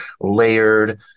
layered